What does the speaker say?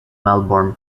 melbourne